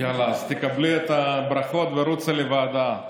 יאללה, אז תקבלי את הברכות ורוצי לוועדה.